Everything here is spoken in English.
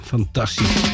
Fantastisch